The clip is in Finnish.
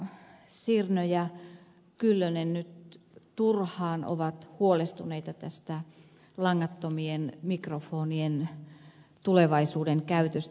mielestäni edustajat sirnö ja kyllönen nyt turhaan ovat huolestuneita tästä langattomien mikrofonien tulevaisuuden käytöstä